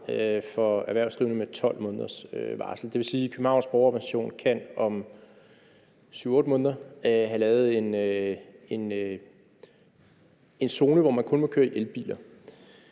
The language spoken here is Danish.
for erhvervsdrivende med 12 måneders varsel. Det vil sige, at Københavns Borgerrepræsentation om 7-8 måneder kan have lavet en zone, hvor man kun må køre i elbiler.